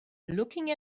looking